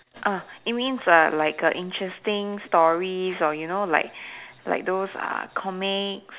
uh it means err like err interesting stories or you know like like those uh comics